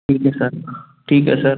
ठीक है सर ठीक है सर